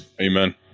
amen